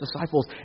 disciples